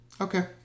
Okay